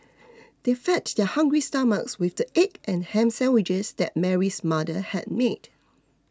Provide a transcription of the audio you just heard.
they fed their hungry stomachs with the egg and ham sandwiches that Mary's mother had made